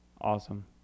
Awesome